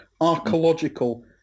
archaeological